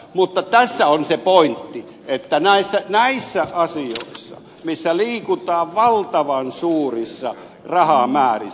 mutta tässä on se pointti näissä asioissa missä liikutaan valtavan suurissa rahamäärissä